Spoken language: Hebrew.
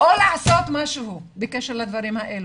או לעשות משהו בקשר לדברים האלו?